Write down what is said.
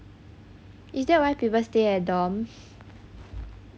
is that why people stay at dorm